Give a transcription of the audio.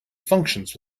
functions